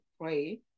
pray